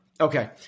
Okay